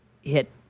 hit